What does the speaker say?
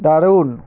দারুণ